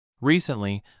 Recently